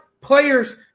players